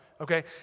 okay